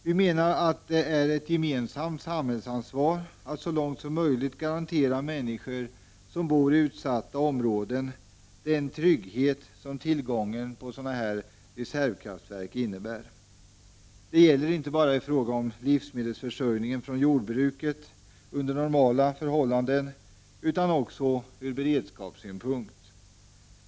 Vi menar att det är ett gemensamt samhällsansvar att så långt som möjligt garantera människor som bor i utsatta områden den trygghet som tillgången av sådana reservkraftverk innebär. Det gäller inte bara i fråga om vår livsmedelförsörjning från jordbruket under normala förhållanden utan också ur beredskapssynpunkt.